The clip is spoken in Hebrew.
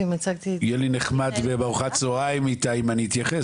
יהיה לי נחמד איתה בארוחת הצהריים אם אני אתייחס,